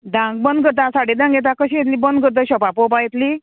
धांक बंद करता साडे धांक येता कशी येतली बंद करता शॉपा पळोवपा येतली